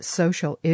social